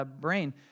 brain